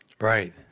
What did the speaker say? right